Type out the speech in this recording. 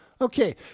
Okay